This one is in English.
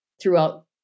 throughout